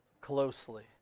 closely